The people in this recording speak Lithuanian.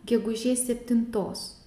gegužės septintos